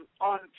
on